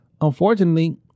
unfortunately